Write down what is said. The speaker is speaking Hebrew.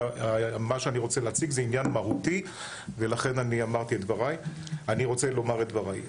אלא מה שאני רוצה להציג זה עניין מהותי ולכן אני רוצה לומר את דבריי.